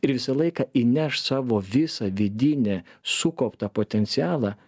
ir visą laiką įneš savo visą vidinę sukauptą potencialą